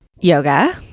Yoga